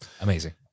amazing